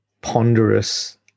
ponderous